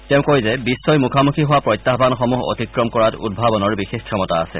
তেওঁ কয় যে বিষ্ণই মুখামুখি হোৱা প্ৰত্যায়নসমূহ অতিক্ৰম কৰাত উদ্ভাৱনৰ বিশেষ ক্ষমতা আছে